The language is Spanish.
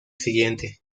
siguiente